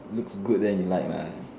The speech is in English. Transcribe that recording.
looks good then you like lah